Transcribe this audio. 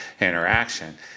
interaction